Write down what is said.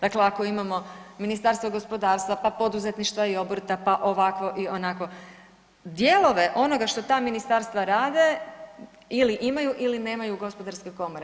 Dakle, ako imamo Ministarstvo gospodarstva, pa poduzetništva i obrta, pa ovakvo i onakvo, dijelove onoga što ta ministarstva rade ili imaju ili nemaju gospodarske komore.